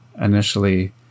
initially